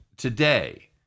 Today